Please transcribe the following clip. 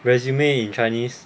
resume in chinese